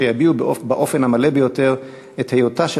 שיביעו באופן המלא ביותר את היותה של